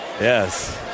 Yes